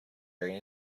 during